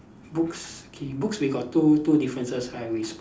books K books we got two two differences right we spot